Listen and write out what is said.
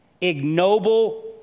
ignoble